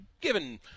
given